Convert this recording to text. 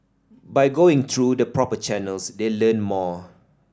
by going through the proper channels they learn more